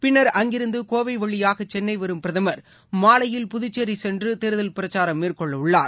பின்னா் அங்கிருந்தகோவைவழியாகசென்னைவரும் பிரதமா் மாலையில் புதுச்சேரிசென்றுதேர்தல் பிரச்சாரம் மேற்கொள்ளஉள்ளார்